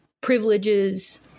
privileges